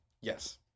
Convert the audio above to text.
Yes